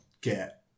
get